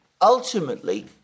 ultimately